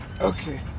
okay